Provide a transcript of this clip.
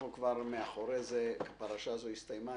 אנחנו כבר מאחורי זה, הפרשה הזו הסתיימה.